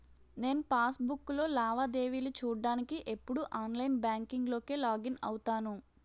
నేను పాస్ బుక్కులో లావాదేవీలు చూడ్డానికి ఎప్పుడూ ఆన్లైన్ బాంకింక్ లోకే లాగిన్ అవుతాను